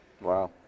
Wow